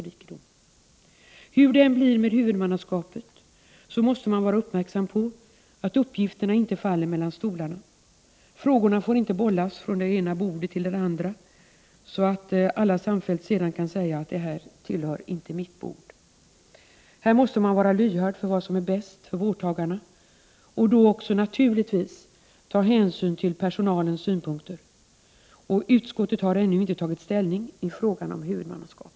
Hur det än blir med huvudmannaskapet måste man vara uppmärksam på att uppgifterna inte får falla mellan stolarna. Frågorna får inte bollas från det ena bordet till det andra, så att alla samfällt sedan kan säga att det inte tillhör ”mitt bord”. Här måste man vara lyhörd för vad som är bäst för vårdtagarna och naturligtvis också ta hänsyn till personalens synpunkter. Utskottet har ännu inte tagit ställning i frågan om huvudmannaskapet.